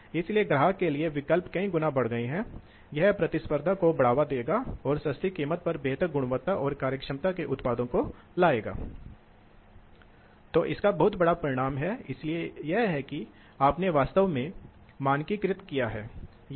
इसलिए आप आसानी से ऑपरेटिंग पॉइंट पा सकते हैं और वास्तव में हम इस वक्र का उपयोग करेंगे बाद में पता लगाने के लिए वास्तव में ऊर्जा बचत की गणना करने के लिए सही